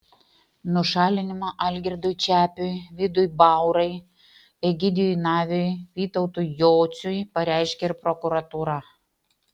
nušalinimą algirdui čepiui vidui baurui egidijui naviui vytautui jociui pareiškė ir prokuratūra